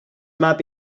map